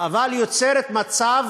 אבל היא יוצרת מצב